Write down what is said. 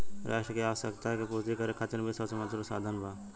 राष्ट्र के आवश्यकता के पूर्ति करे खातिर वित्त सबसे महत्वपूर्ण साधन बा